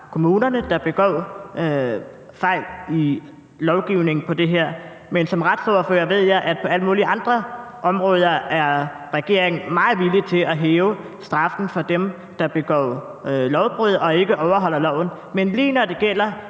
kommuner, der begår lovgivningsmæssige fejl, men som retsordfører ved jeg, at på alle mulige andre områder er regeringen meget villig til at hæve straffen over for dem, der begår lovbrud og ikke overholder loven. Men lige når det gælder